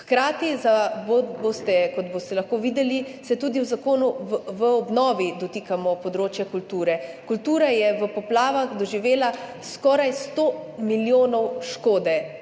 Hkrati, kot boste lahko videli, se tudi v zakonu o obnovi dotikamo področja kulture. Kultura je v poplavah doživela skoraj 100 milijonov škode.